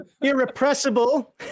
irrepressible